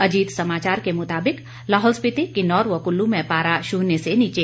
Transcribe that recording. अजीत समाचार के मुताबिक लाहौल स्पीति किन्नौर व कुल्लू में पारा शून्य से नीचे